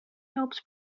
helps